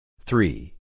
three